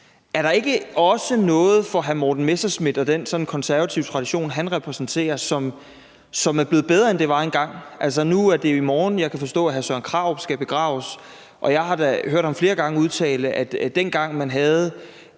er der ikke også for hr. Morten Messerschmidt og den sådan konservative tradition, han repræsenterer, noget, som er blevet bedre, end det var engang? Nu kan jeg jo forstå, at det er i morgen, hr. Søren Krarup skal begraves, og jeg har da flere gange hørt ham udtale, at det, dengang man havde